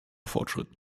fortschritt